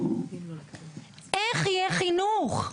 איך יהיה חינוך,